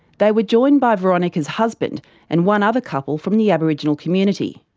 they were joined by veronica's husband and one other couple from the aboriginal community.